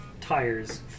Tires